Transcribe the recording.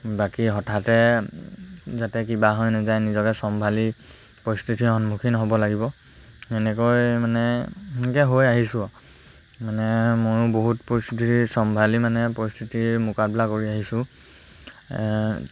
বাকী হঠাতে যাতে কিবা হৈ নাযায় নিজকে চম্ভালি পৰিস্থিতিৰ সন্মুখীন হ'ব লাগিব সেনেকৈ মানে সেনেকৈ হৈ আহিছোঁ আৰু মানে ময়ো বহুত পৰিস্থিতি চম্ভালি মানে পৰিস্থিতিৰ মোকাবিলা কৰি আহিছোঁ